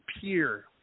peer